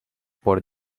por